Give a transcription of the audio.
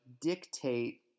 dictate